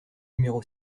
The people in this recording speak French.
numéro